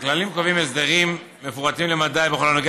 הכללים קובעים הסדרים מפורטים למדי בכל הנוגע